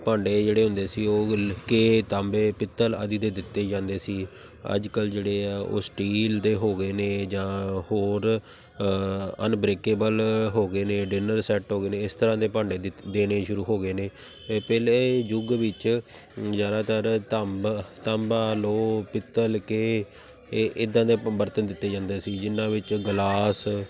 ਭਾਂਡੇ ਜਿਹੜੇ ਹੁੰਦੇ ਸੀ ਉਹ ਕੇ ਤਾਂਬੇ ਪਿੱਤਲ ਆਦਿ ਦੇ ਦਿੱਤੇ ਜਾਂਦੇ ਸੀ ਅੱਜ ਕੱਲ੍ਹ ਜਿਹੜੇ ਆ ਉਹ ਸਟੀਲ ਦੇ ਹੋ ਗਏ ਨੇ ਜਾਂ ਹੋਰ ਅਨਬਰੇਕੇਬਲ ਹੋ ਗਏ ਨੇ ਡਿਨਰ ਸੈੱਟ ਹੋ ਗਏ ਨੇ ਇਸ ਤਰ੍ਹਾਂ ਦੇ ਭਾਂਡੇ ਦਿਤ ਦੇਣੇ ਸ਼ੁਰੂ ਹੋ ਗਏ ਨੇ ਪਹਿਲੇ ਯੁੱਗ ਵਿੱਚ ਜ਼ਿਆਦਾਤਰ ਤਾਂਬ ਤਾਂਬਾ ਲੋਹ ਪਿੱਤਲ ਕੇ ਇਹਏ ਇੱਦਾਂ ਦੇ ਬਰਤਨ ਦਿੱਤੇ ਜਾਂਦੇ ਸੀ ਜਿਨ੍ਹਾਂ ਵਿੱਚ ਗਲਾਸ